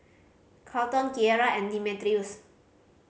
Carlton Kierra and Demetrius